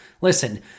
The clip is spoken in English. Listen